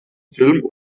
film